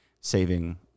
saving